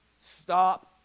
Stop